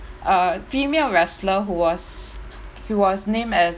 a female wrestler who was who was named as